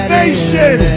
nation